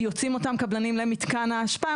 כי יוצאים אותם קבלנים למתקן האשפה,